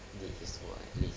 did his work at least